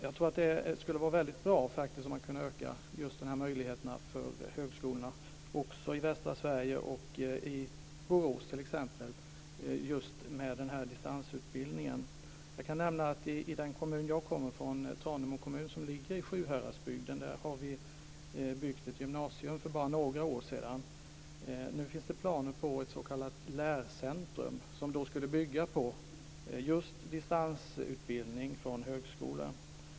Jag tror att det skulle vara väldigt bra om man kunde öka möjligheterna till distansutbildning från högskolorna i västra Sverige, t.ex. Borås. Jag kan nämna att vi i den kommun jag kommer ifrån, Tranemo kommun i Sjuhäradsbygden, har byggt ett gymnasium för några år sedan. Nu finns det planer på ett s.k. lärcentrum som skulle bygga på distansutbildning från högskola.